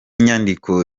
nyandiko